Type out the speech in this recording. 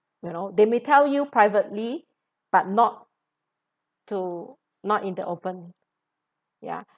you know they may tell you privately but not to not in the open ya